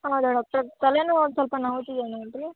ಹೌದ ಡಾಕ್ಟರ್ ತಲೆಯೂ ಒಂದು ಸ್ವಲ್ಪ ನೋಯ್ತಿದೆ ನೋಡಿರಿ